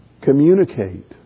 Communicate